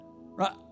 right